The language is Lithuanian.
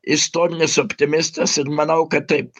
istorinis optimistas ir manau kad taip